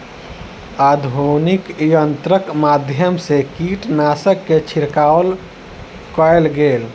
आधुनिक यंत्रक माध्यम सँ कीटनाशक के छिड़काव कएल गेल